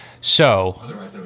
So-